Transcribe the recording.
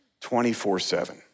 24-7